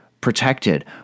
protected